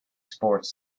sports